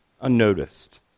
unnoticed